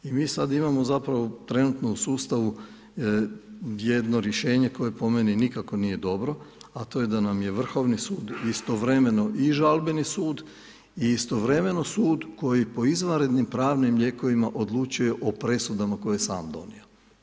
I mi sada imamo zapravo trenutno u sustavu jedno rješenje koje po meni nikako nije dobro a to je da nam je Vrhovni sud istovremeno i žalbeni sud i istovremeno sud koji po izvanrednim pravnim lijekovima odlučuje o presudama koje je sam donio.